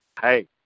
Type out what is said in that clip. hey